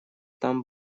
там